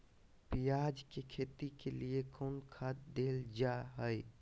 प्याज के खेती के लिए कौन खाद देल जा हाय?